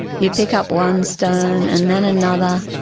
you pick up one stone and then another,